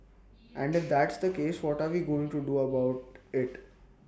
and if that's the case what are we going to do about IT